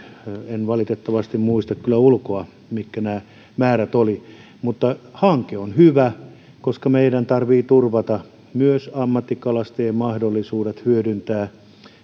en valitettavasti muista kyllä ulkoa mitkä nämä määrät olivat mutta hanke on hyvä koska meidän tarvitsee turvata myös ammattikalastajien mahdollisuudet hyödyntää